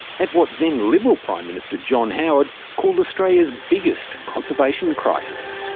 at what then liberal prime minister john howard called australia's biggest conservation crisis.